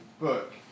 book